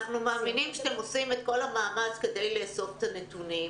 אנחנו מאמינים שאתם עושים כל מאמץ לאסוף את הנתונים,